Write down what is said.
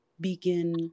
begin